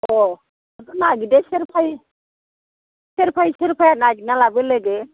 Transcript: अह नागिरदो सोर फै सोर फै सोर फैया नागिरना लाबो लोगो